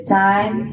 time